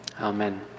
Amen